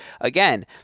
again